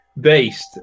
based